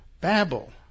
Babel